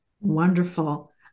Wonderful